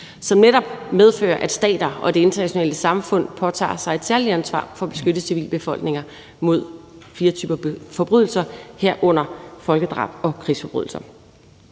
som netop medfører, at stater og det internationale samfund påtager sig et særligt ansvar for at beskytte civilbefolkninger mod fire typer forbrydelser, herunder folkedrab og krigsforbrydelser.